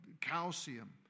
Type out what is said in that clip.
calcium